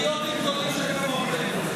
פטריוטים גדולים שכמוכם.